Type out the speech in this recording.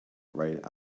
right